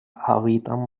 habitan